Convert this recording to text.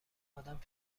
آدم